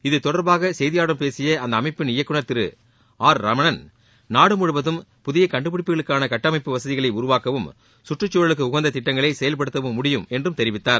இத்தொடர்பாக செய்தியாளர்களிடம் பேசிய அந்த அமைப்பின் இயக்குநர் திரு ஆர் ரமணன் நாடு முழுவதும் புதிய கண்டுபிடிப்புகளுக்கான கட்டமைப்பு வசதிகளை உருவாக்கவும் சுற்றச் சூழலுக்கு உகந்த திட்டங்களை செயல்படுத்தவும் முடியும் என்றும் தெரிவித்தார்